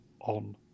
on